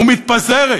ומתפזרת.